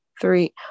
three